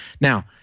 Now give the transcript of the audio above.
now